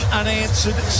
unanswered